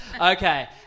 Okay